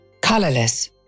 Colorless